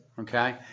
okay